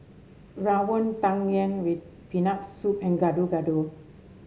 rawon Tang Yuen with Peanut Soup and Gado Gado